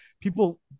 people –